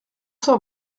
cent